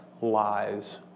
lies